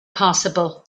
possible